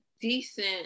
decent